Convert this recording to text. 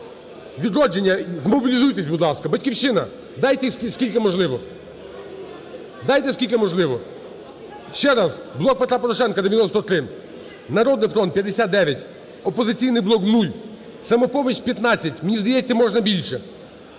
"Відродження", змобілізуйтесь, будь ласка. "Батьківщина", дайте, скільки можливо, дайте, скільки можливо. Ще раз: "Блок Петра Порошенка" – 93, "Народний фронт" – 59, "Опозиційний блок" – 0, "Самопоміч" – 15. Мені здається, можна більше.